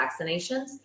vaccinations